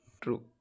True